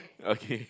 okay